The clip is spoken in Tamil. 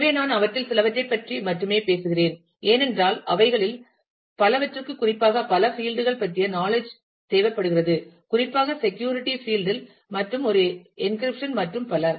எனவே நான் அவற்றில் சிலவற்றைப் பற்றி மட்டுமே பேசுகிறேன் ஏனென்றால் அவைகளில் பலவற்றிற்கு குறிப்பாக பல பீல்டு கள் பற்றிய நாலெட்ஜ் தேவைப்படுகிறது குறிப்பாக செக்யூரிட்டி பீல்டு இல் மற்றும் ஒரு என்கிரிப்ஷன் மற்றும் பல